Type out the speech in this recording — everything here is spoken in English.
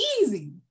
easy